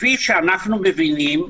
כפי שאנחנו מבינים,